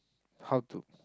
how to